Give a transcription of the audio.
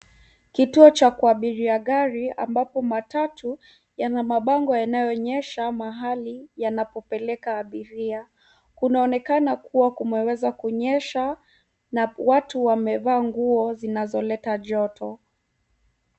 Kituo cha kuabiria gari ambapo matatu yana mabango yanayoonyesha mahali yanapopeleka abiria. Kunaonekana kuwa kumeweza kunyanyesha na watu wamevaa nguo zinazoleta joto.